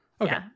Okay